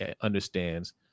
understands